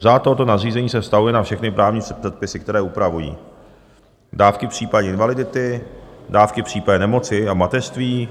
Řád tohoto nařízení se vztahuje na všechny právní předpisy, které upravují dávky v případě invalidity, dávky v případě nemoci a v mateřství,